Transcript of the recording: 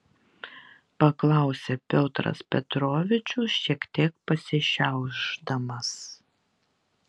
paklausė piotras petrovičius šiek tiek pasišiaušdamas